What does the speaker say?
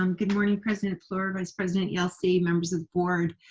um good morning president fluor, vice president yelsey, members of the board.